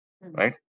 right